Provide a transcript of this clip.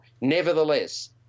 Nevertheless